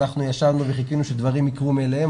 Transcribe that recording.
אנחנו ישבנו וחיכינו שדברים יקרו מאליהם,